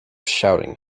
shouting